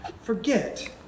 forget